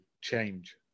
change